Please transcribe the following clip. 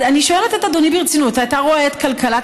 אני שואלת את אדוני ברצינות: אתה רואה את כלכלת